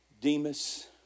Demas